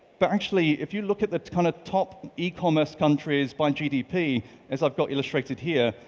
but actually if you look at the kind of top ecommerce countries by gdp as i've got illustrated here,